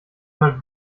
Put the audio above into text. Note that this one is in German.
man